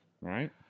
right